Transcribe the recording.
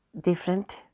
different